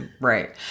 Right